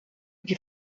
die